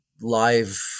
live